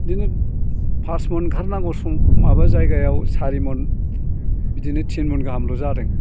बिदिनो फास मन ओंखारनांगौ सम माबा जायगायाव सारि मन बिदिनो थिन म'न गाहामल' जादों